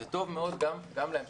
זה טוב מאוד גם להמשך,